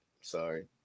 Sorry